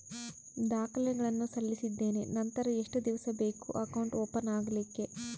ದಾಖಲೆಗಳನ್ನು ಸಲ್ಲಿಸಿದ್ದೇನೆ ನಂತರ ಎಷ್ಟು ದಿವಸ ಬೇಕು ಅಕೌಂಟ್ ಓಪನ್ ಆಗಲಿಕ್ಕೆ?